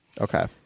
Okay